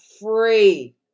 free